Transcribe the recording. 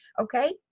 Okay